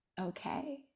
okay